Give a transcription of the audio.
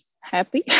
happy